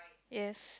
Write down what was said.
yes